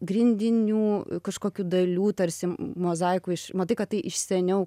grindinių kažkokių dalių tarsi mozaikų iš matai kad tai iš seniau